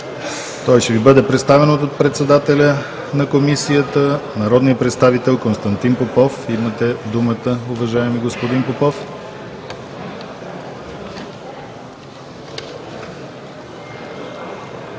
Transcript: който ще ни бъде представен от председателя на Комисията – народният представител Константин Попов. Имате думата, уважаеми господин Попов.